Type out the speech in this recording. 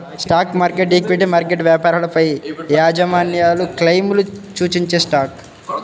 stock market, equity market వ్యాపారాలపైయాజమాన్యక్లెయిమ్లను సూచించేస్టాక్